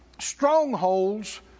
strongholds